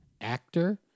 actor